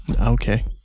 Okay